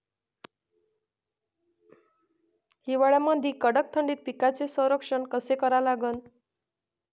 हिवाळ्यामंदी कडक थंडीत पिकाचे संरक्षण कसे करा लागन?